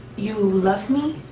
you love me?